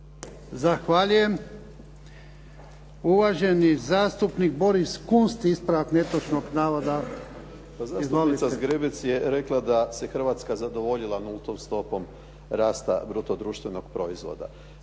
Zahvaljujem. Uvaženi zastupnik Boris Kunst, ispravak netočnog navoda. Izvolite. **Kunst, Boris (HDZ)** Kolegica Zgrebec je rekla da se Hrvatska zadovoljila nultom stopom rasta bruto društvenog proizvoda.